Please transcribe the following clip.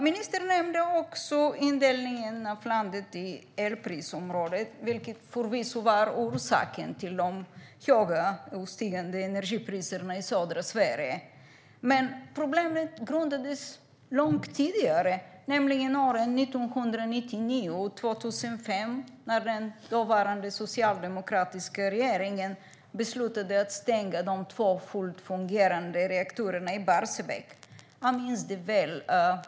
Ministern nämnde också indelningen av landet i elprisområden, vilket förvisso var orsaken till de höga och stigande energipriserna i södra Sverige. Men problemen grundades långt tidigare, nämligen åren 1999 och 2005 när den dåvarande socialdemokratiska regeringen beslutade att stänga de två fullt fungerande reaktorerna i Barsebäck. Jag minns det väl.